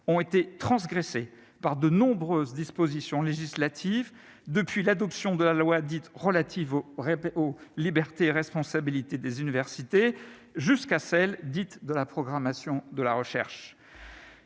ont été transgressées par de nombreuses dispositions législatives depuis l'adoption de la loi dite relative au respect aux libertés et responsabilités des universités jusqu'à celle dite de la programmation de la recherche.